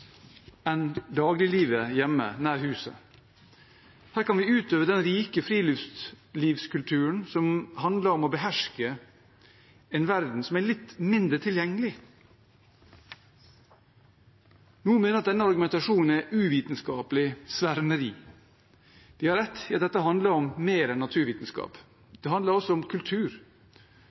dagliglivet hjemme nær huset. Her kan vi utøve den rike friluftslivskulturen som handler om å beherske en verden som er litt mindre tilgjengelig. Noen mener at denne argumentasjonen er uvitenskapelig svermeri. De har rett i at dette handler om mer enn naturvitenskap. Det handler også om kultur.